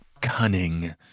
cunning